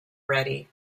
ready